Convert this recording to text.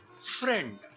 friend